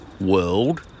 world